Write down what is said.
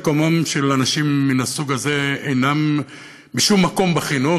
מקומם של אנשים מהסוג הזה אינו בשום מקום בחינוך.